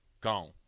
Gone